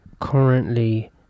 currently